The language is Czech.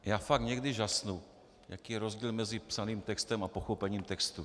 Já fakt někdy žasnu, jaký je rozdíl mezi psaným textem a pochopením textu.